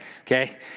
okay